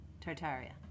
Tartaria